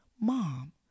Mom